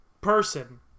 person